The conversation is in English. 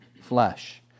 flesh